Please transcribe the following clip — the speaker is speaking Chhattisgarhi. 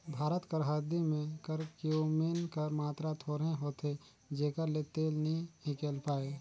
भारत कर हरदी में करक्यूमिन कर मातरा थोरहें होथे तेकर ले तेल नी हिंकेल पाए